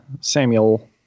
Samuel